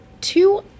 two